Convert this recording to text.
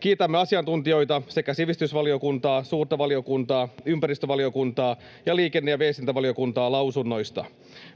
Kiitämme asiantuntijoita sekä sivistysvaliokuntaa, suurta valiokuntaa, ympäristövaliokuntaa ja liikenne- ja viestintävaliokuntaa lausunnoista.